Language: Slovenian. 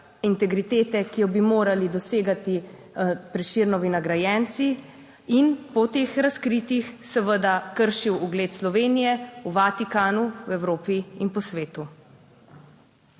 integritete, ki jo bi morali dosegati Prešernovi nagrajenci in po teh razkritjih seveda kršil ugled Slovenije v Vatikanu, v Evropi in po svetu.